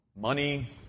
money